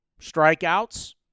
strikeouts